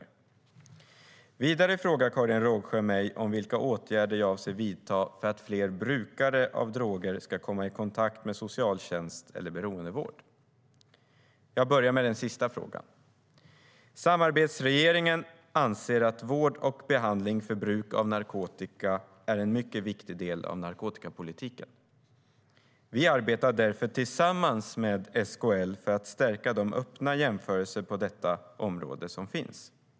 Vidare frågar Karin Rågsjö mig vilka åtgärder jag avser att vidta för att fler brukare av droger ska komma i kontakt med socialtjänst eller beroendevård. Jag börjar med den sista frågan. Samarbetsregeringen anser att vård och behandling för brukare av narkotika är en mycket viktig del av narkotikapolitiken. Vi arbetar därför tillsammans med SKL för att stärka de öppna jämförelser som finns på detta område.